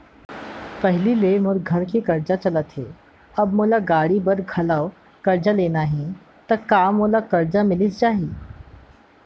पहिली ले मोर घर के करजा ह चलत हे, अब मोला गाड़ी बर घलव करजा लेना हे ता का मोला करजा मिलिस जाही?